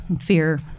fear